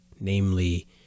namely